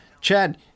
Chad